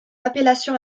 appellation